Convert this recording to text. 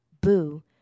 boo